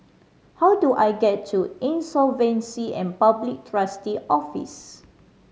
how do I get to Insolvency and Public Trustee's Office